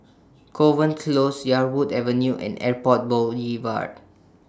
Kovan Close Yarwood Avenue and Airport Boulevard